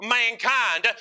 mankind